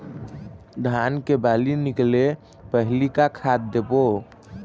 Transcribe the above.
धान के बाली निकले पहली का खाद देबो?